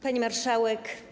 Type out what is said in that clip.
Pani Marszałek!